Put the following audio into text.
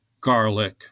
garlic